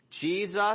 Jesus